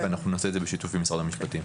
ואנחנו נעשה את זה בשיתוף עם משרד המשפטים.